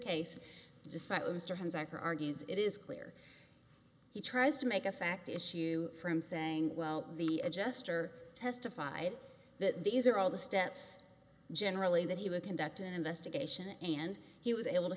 argues it is clear he tries to make a fact issue from saying well the adjuster testified that these are all the steps generally that he would conduct an investigation and he was able to